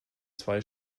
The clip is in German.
zwei